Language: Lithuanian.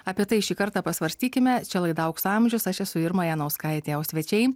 apie tai šį kartą pasvarstykime čia laida aukso amžius aš esu irma janauskaitė o svečiai